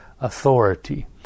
authority